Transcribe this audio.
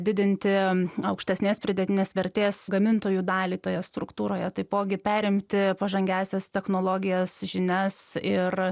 didinti aukštesnės pridėtinės vertės gamintojų dalį toje struktūroje taipogi perimti pažangiąsias technologijas žinias ir